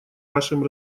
вашем